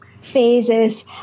phases